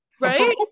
Right